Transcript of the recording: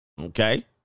Okay